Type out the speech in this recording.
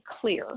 clear